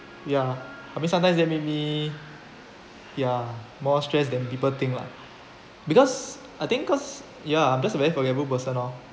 ya I mean sometimes that maybe ya more stress than people think lah because I think cause ya because I'm very forgetful person lor